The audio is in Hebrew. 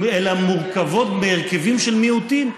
אלא הן מורכבות מהרכבים של מיעוטים,